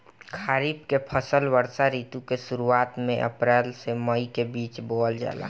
खरीफ के फसल वर्षा ऋतु के शुरुआत में अप्रैल से मई के बीच बोअल जाला